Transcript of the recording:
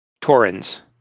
Torrens